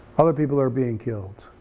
other people are being killed,